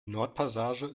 nordpassage